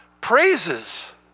praises